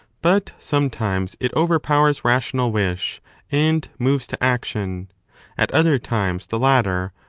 but sometimes it overpowers rational wish and moves to action at other times the latter,